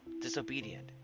disobedient